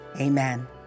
Amen